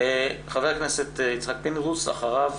ח"כ יצחק פינדרוס, אחריו